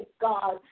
God